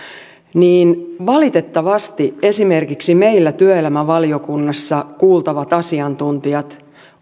että valitettavasti esimerkiksi meillä työelämävaliokunnassa kuultavat asiantuntijat